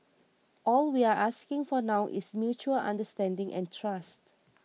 all we're asking for now is mutual understanding and trust